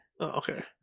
Okay